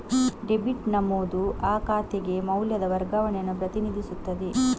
debit ನಮೂದು ಆ ಖಾತೆಗೆ ಮೌಲ್ಯದ ವರ್ಗಾವಣೆಯನ್ನು ಪ್ರತಿನಿಧಿಸುತ್ತದೆ